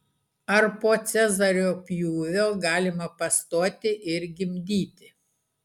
ar po cezario pjūvio galima pastoti ir gimdyti